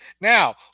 Now